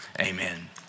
Amen